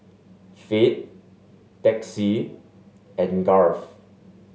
Fate Texie and Garth